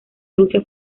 rusia